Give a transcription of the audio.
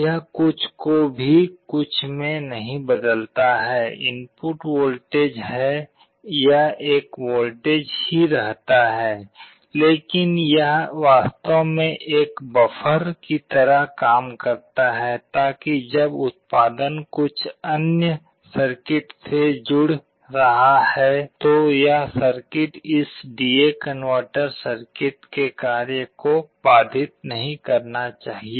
यह कुछ को भी कुछ में नहीं बदलता है इनपुट वोल्टेज है यह एक वोल्टेज ही रहता है लेकिन यह वास्तव में एक बफर की तरह काम करता है ताकि जब उत्पादन कुछ अन्य सर्किट से जुड़ रहा है तो यह सर्किट इस डीए कनवर्टर सर्किट के कार्य को बाधित नहीं करना चाहिए